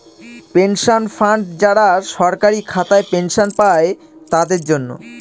pension fund যারা সরকারি খাতায় পেনশন পাই তাদের জন্য